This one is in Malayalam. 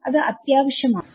അത് അത്യാവശ്യം ആണോ